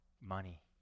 money